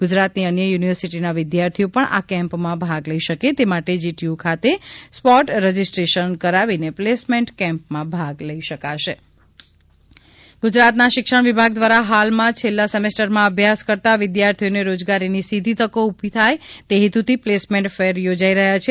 ગુજરાતની અન્ય યુનિવર્સિટીના વિદ્યાર્થીઓ પણ આ કેમ્પમાં ભાગ લઈ શકે તે માટે જીટીયુ ખાતે સ્પૉટ રજીસ્ટ્રેશન કરાવીને પ્લેસમેન્ટ કેમ્પમાં ભાગ લઈ શકાશે પ્લેસમેન્ટ ફેર ગુજરાતના શિક્ષણ વિભાગ દ્વારા હાલમાં છેલ્લા સેમેસ્ટરમાં અભ્યાસ કરતા વિદ્યાર્થીઓને રોજગારીની સીધી તકો ઉભી થાય તે હેતુથી પ્લેસમેન્ટ ફેર યોજાઈ રહ્યા છે